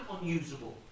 unusable